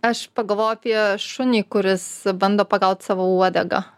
aš pagalvojau apie šunį kuris bando pagaut savo uodegą